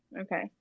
Okay